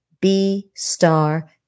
B-Star